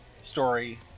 story